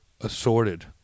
assorted